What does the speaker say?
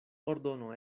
ordono